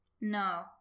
No